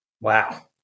wow